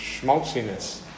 schmaltziness